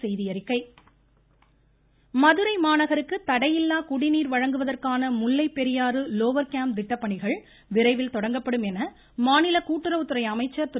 ராஜு மதுரை மாநகருக்கு தடையில்லா குடிநீர் வழங்குவதற்கான முல்லை பெரியாறு லோவர் கேம்ப் திட்டப் பணிகள் விரைவில் தொடங்கப்படும் என மாநில கூட்டுறவுத்துறை அமைச்சர் திரு